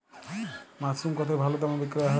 Mushroom কেথায় ভালোদামে বিক্রয় হয়?